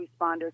responders